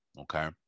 Okay